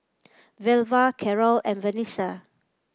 Velva Carole and Vanessa